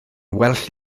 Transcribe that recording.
well